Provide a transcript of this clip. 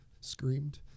screamed